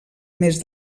més